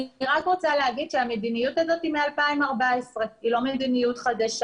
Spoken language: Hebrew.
אני רוצה לומר שהמדיניות הזאת היא מ-2014 והיא לא מדיניות חדשה.